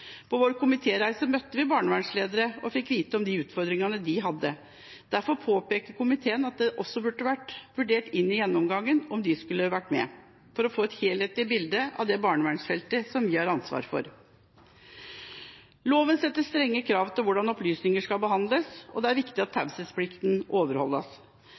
På vår komitéreise møtte vi barnevernsledere og fikk vite om de utfordringene de hadde. Derfor påpeker komiteen at det burde vært vurdert om også de skulle vært med i gjennomgangen, for å få et helhetlig bilde av det barnevernsfeltet vi har ansvar for. Loven setter strenge krav til hvordan opplysninger skal behandles, og det er viktig at taushetsplikten overholdes.